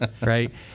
right